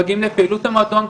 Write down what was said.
מגיעים לפעילות המועדון,